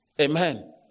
Amen